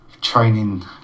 Training